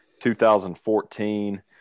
2014